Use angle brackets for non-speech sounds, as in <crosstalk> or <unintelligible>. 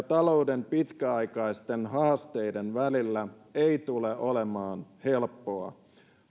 <unintelligible> talouden pitkäaikaisten haasteiden välillä ei tule olemaan helppoa